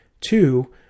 Two